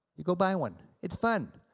you go buy one, it's fun,